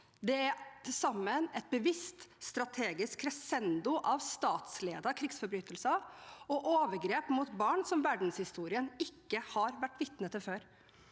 sammen et bevisst strategisk crescendo av statsledete krigsforbrytelser og overgrep mot barn som verdenshistorien ikke har vært vitne til før.